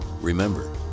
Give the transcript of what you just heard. Remember